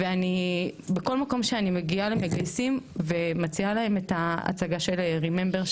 ובכל מקום שאני מגיעה למגייסים ומציעה להם את ההצגה של ריממבר,